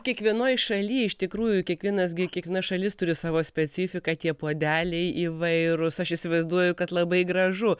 kiekvienoj šaly iš tikrųjų kiekvienas gi kiekviena šalis turi savo specifiką tie puodeliai įvairūs aš įsivaizduoju kad labai gražu